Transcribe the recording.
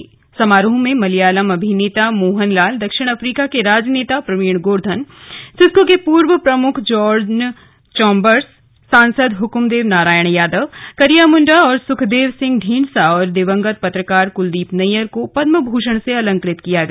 आज के समारोह में मलयालम अभिनेता मोहनलाल दक्षिण अफ्रीका के राजनेता प्रवीण गोर्धन सिस्कों के पूर्व प्रमुख जॉन चौंबर्स सांसद हुकुमदेव नारायण यादव करिया मुंडा और सुखदेव सिंह ढींढसा और दिवंगत पत्रकार कुलदीप नैय्यर को पदम भूषण से अलंकृत किया गया